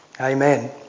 Amen